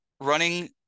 running